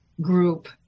group